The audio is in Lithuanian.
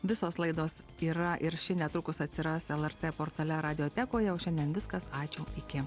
visos laidos yra ir ši netrukus atsiras lrt portale radijotekoje jau šiandien viskas ačiū iki